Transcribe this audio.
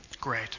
great